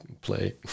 play